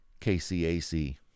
KCAC